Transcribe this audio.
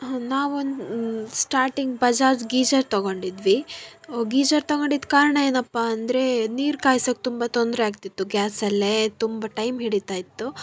ನಾವು ಒಂದು starting Bajaj geyser ತಗೊಂಡಿದ್ವಿ ಗೀಝರ್ ತಗೊಂಡಿದ್ದ ಕಾರಣ ಏನಪ್ಪಾ ಅಂದರೆ ನೀರು ಕಾಯ್ಸಕ್ಕೆ ತುಂಬ ತೊಂದರೆಯಾಗ್ತಿತ್ತು ಗ್ಯಾಸಲ್ಲೇ ತುಂಬ ಟೈಮ್ ಹಿಡೀತಾ ಇತ್ತು